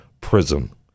prison